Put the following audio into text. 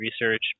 research